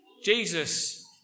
Jesus